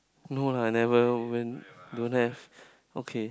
no lah never went don't have okay